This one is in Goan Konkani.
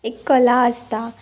एक कला आसता